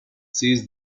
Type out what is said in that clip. seized